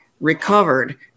recovered